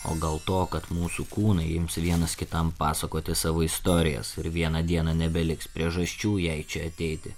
o gal to kad mūsų kūnai ims vienas kitam pasakoti savo istorijas ir vieną dieną nebeliks priežasčių jai čia ateiti